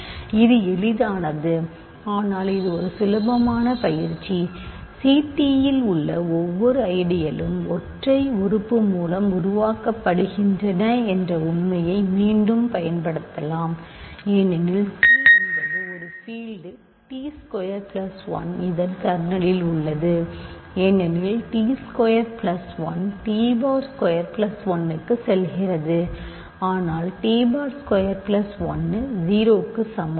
எனவே இது எளிதானது ஆனால் இது ஒரு சுலபமான பயிற்சி ஆனால் ct இல் உள்ள ஒவ்வொரு ஐடியலும் ஒற்றை உறுப்பு மூலம் உருவாக்கப்படுகின்றன என்ற உண்மையை மீண்டும் பயன்படுத்துங்கள் ஏனெனில் c என்பது ஒரு பீல்டு t ஸ்கொயர் பிளஸ் 1 இதன் கர்னலில் உள்ளது ஏனெனில் t square plus 1 t bar square plus 1 க்கு செல்கிறது ஆனால் t பார் ஸ்கொயர் பிளஸ் 1 0க்கு சமம்